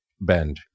bend